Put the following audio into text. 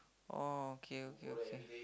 oh okay okay okay